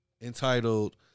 entitled